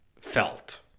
felt